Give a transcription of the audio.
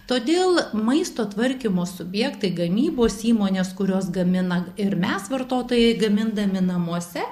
todėl maisto tvarkymo subjektai gamybos įmonės kurios gamina ir mes vartotojai gamindami namuose